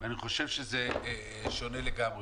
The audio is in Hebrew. אני חושב שזה שונה לגמרי.